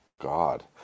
God